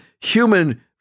human